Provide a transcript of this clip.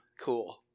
Cool